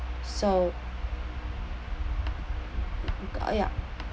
so uh ya